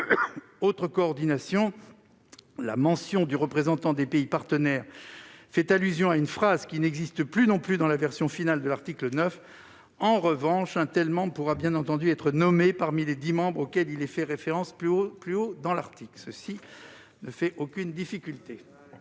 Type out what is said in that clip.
Deuxièmement, la mention du représentant des pays partenaires fait allusion à une phrase qui n'existe plus dans la version finale de l'article 9. En revanche, un tel membre pourra bien entendu être nommé parmi les dix membres auxquels il est fait référence plus haut dans l'article. Quel est l'avis du